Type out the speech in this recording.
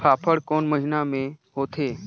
फाफण कोन महीना म होथे?